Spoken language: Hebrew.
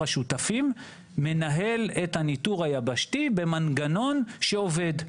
השותפים מנהל את הניתור היבשתי במנגנון שעובד.